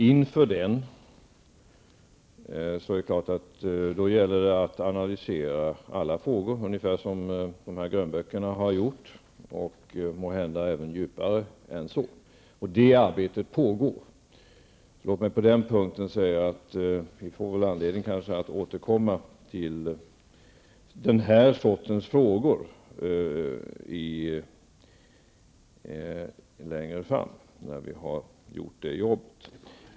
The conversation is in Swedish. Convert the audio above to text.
Inför den gäller det att analysera alla frågor, ungefär som grönböckerna har gjort och måhända även djupare än så. Det arbetet pågår. Låt mig på den punkten säga att vi kan få anledning att återkomma till den sorterns frågor längre fram när vi har gjort det jobbet.